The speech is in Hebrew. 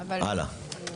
הלאה.